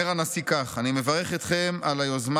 אומר הנשיא כך: "אני מברך אתכם על היוזמה